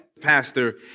pastor